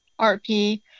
RP